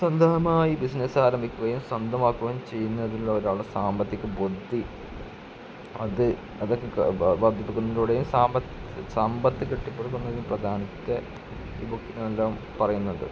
സ്വന്തമായി ബിസിനസ്സ് ആരംഭിക്കുകയും സ്വന്തമാക്കുകയും ചെയ്യുന്നതിൽ സാമ്പത്തിക ബുദ്ധി അത് അതൊക്കെ വർദ്ധിപ്പിക്കുന്നതിലൂടെയും സമ്പത്ത് സമ്പത്ത് കെട്ടിപ്പടുക്കുന്നതിലും പ്രധാനത്തെ ഈ ബുക്കിലെല്ലാം പറയുന്നത്